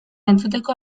entzuteko